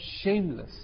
shameless